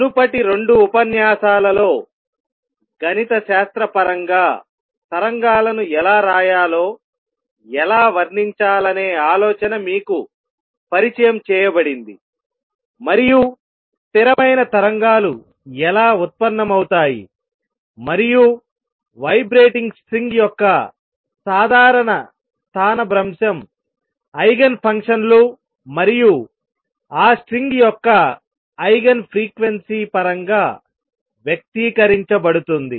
మునుపటి 2 ఉపన్యాసాలలో గణితశాస్త్రపరంగా తరంగాలను ఎలా రాయాలో ఎలా వర్ణించాలనే ఆలోచన మీకు పరిచయం చేయబడింది మరియు స్థిరమైన తరంగాలు ఎలా ఉత్పన్నమవుతాయి మరియు వైబ్రేటింగ్ స్ట్రింగ్ యొక్క సాధారణ స్థానభ్రంశం ఐగెన్ ఫంక్షన్లు మరియు ఆ స్ట్రింగ్ యొక్క ఐగెన్ ఫ్రీక్వెన్సీ పరంగా వ్యక్తీకరించబడుతుంది